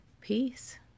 Peace